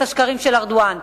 לחשיפת השקרים של ארדואן.